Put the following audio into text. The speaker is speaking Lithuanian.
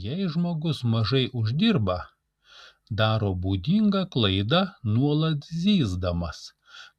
jei žmogus mažai uždirba daro būdingą klaidą nuolat zyzdamas